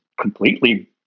completely